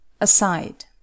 aside